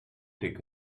take